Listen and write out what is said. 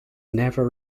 never